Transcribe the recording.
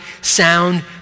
sound